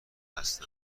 هستن